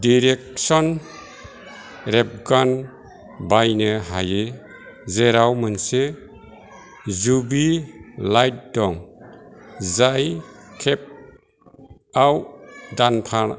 direction रेबगान बायनो हायो जेराव मोनसे जुबि लाइट दं जाय केबआव दानफा